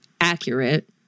accurate